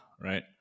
right